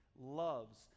loves